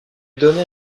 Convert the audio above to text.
donnait